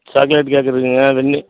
chocolate cake இருக்குங்க வெண்ணி